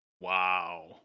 Wow